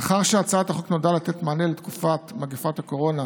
מאחר שהצעת החוק נועדה לתת מענה בתקופת מגפת הקורונה,